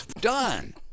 Done